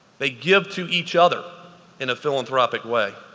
they give to each other in a philanthropic way.